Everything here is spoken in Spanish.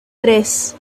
tres